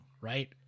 right